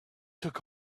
took